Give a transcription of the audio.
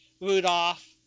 Rudolph